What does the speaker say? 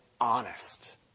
honest